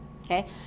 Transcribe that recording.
okay